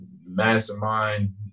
mastermind